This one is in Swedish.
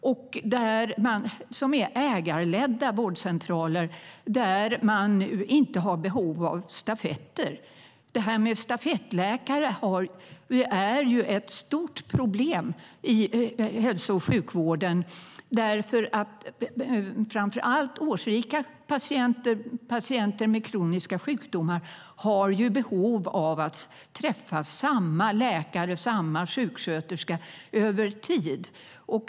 Det är ägarledda vårdcentraler där man nu inte har behov av stafetter. Stafettläkare är ju ett stort problem i hälso och sjukvården. Framför allt årsrika patienter och patienter med kroniska sjukdomar har behov av att träffa samma läkare och samma sjuksköterska över tid.